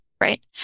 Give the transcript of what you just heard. right